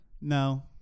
No